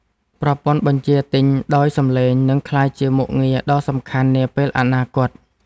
ប្រព័ន្ធបញ្ជាទិញដោយសំឡេង នឹងក្លាយជាមុខងារដ៏សំខាន់នាពេលអនាគត។